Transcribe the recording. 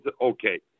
okay